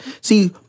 See